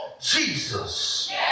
Jesus